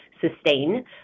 sustain